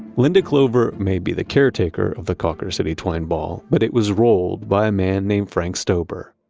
linda clover may be the caretaker of the cawker city twine ball, but it was rolled by a man named frank stoeber.